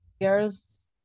girls